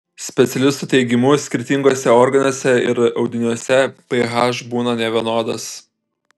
specialistų teigimu skirtinguose organuose ir audiniuose ph būna nevienodas